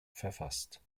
verfasst